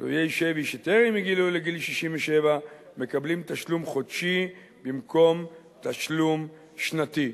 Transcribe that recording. פדויי שבי שטרם הגיעו לגיל 67 מקבלים תשלום חודשי במקום תשלום שנתי.